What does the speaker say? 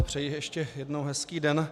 Přeji ještě jednou hezký den.